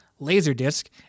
Laserdisc